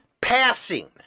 passing